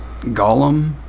Gollum